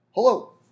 Hello